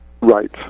Right